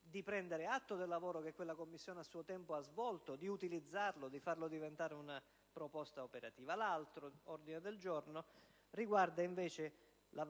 di prendere atto del lavoro che tale commissione svolse a suo tempo, di utilizzarlo e di farlo diventare una proposta operativa. L'ordine del giorno G102 riguarda invece la